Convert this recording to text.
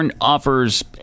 offers